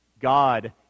God